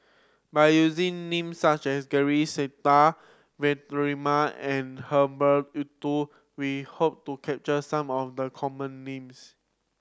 by using names such as George Sita Vikram Nair and Herbert Eleuterio we hope to capture some of the common names